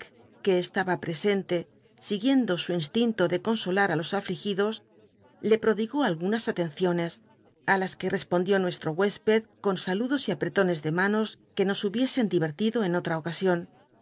que estaba presente siguiendo su instinto de consolar á los alligidos le prodigó algunas atenciones ti las cuc respondió nucsli'o hucspcd con saludos y apretones de manos que nos hubiesen dircrticlo en oll